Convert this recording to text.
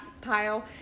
pile